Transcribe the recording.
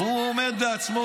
והוא אומר לעצמו,